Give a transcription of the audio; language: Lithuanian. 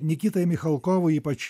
nikitai michalkovui ypač